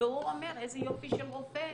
והוא אומר איזה יופי של רופא,